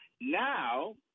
Now